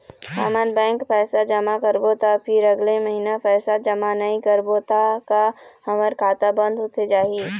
हमन बैंक पैसा जमा करबो ता फिर अगले महीना पैसा जमा नई करबो ता का हमर खाता बंद होथे जाही?